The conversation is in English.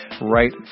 right